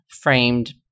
framed